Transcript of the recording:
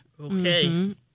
Okay